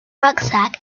rucksack